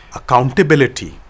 accountability